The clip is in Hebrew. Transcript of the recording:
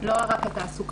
לא רק התעסוקה.